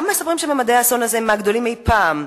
גם מספרים שממדי האסון הזה הם מהגדולים אי-פעם,